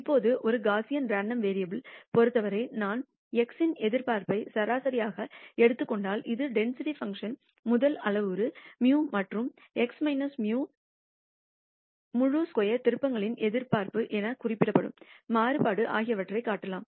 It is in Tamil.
இப்போது ஒரு காஸியன் ரேண்டம் வேரியபுல்ஐ பொறுத்தவரை நான் x இன் எதிர்பார்ப்பை சராசரியாக எடுத்துக் கொண்டால் அது டென்சிட்டி பங்க்ஷன் முதல் அளவுரு μ மற்றும் x μ முழு ஸ்கொயர் திருப்பங்களின் எதிர்பார்ப்பு எனக் குறிப்பிடப்படும் மாறுபாடு ஆகியவற்றைக் காட்டலாம்